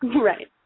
Right